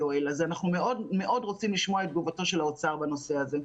אנחנו מאוד מאוד רוצים לשמוע את תגובתו של האוצר בעניין הזה.